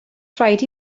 rhaid